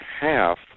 half